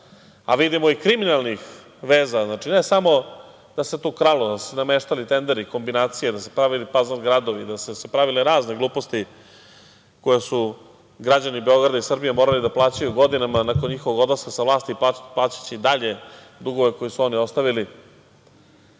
a vidimo i kriminalnih veza… Znači, ne samo da se tu kralo, da su se nameštali tenderi, kombinacije, da su se pravili pazl gradovi, da su se pravile razne gluposti koje su građani Beograda i Srbije morali da plaćaju godinama nakon njihovog odlaska sa vlasti plaćaće i dalje dugove koji su oni ostavili,